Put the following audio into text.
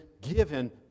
given